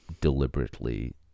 deliberately